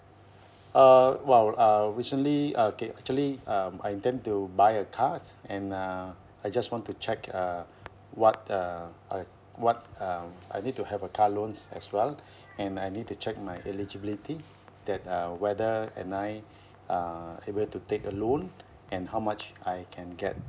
uh well uh recently uh K actually um I intend to buy a car and uh I just want to check uh what uh I what um I need to have a car loans as well and I need to check my eligibility that uh whether am I uh able to take a loan and how much I can get